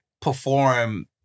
perform